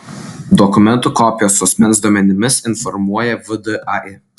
dokumentų kopijos su asmens duomenimis informuoja vdai